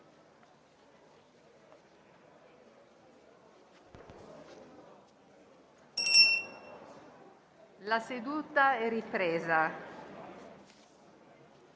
La seduta è sospesa.